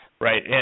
Right